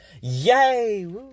yay